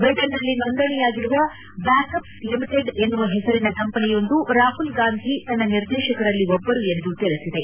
ಬ್ರಿಟನ್ನಲ್ಲಿ ನೋಂದಣಿಯಾಗಿರುವ Backops Limited ಎನ್ನುವ ಹೆಸರಿನ ಕಂಪನಿಯೊಂದು ರಾಹುಲ್ ಗಾಂಧಿ ತನ್ನ ನಿರ್ದೇಶಕರಲ್ಲಿ ಒಬ್ಲರು ಎಂದು ತಿಳಿಸಿದೆ